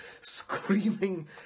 screaming